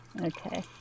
Okay